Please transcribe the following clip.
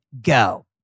go